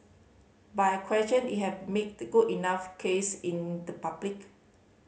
but I question you have made a good enough case in the public